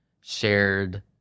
shared